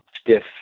stiff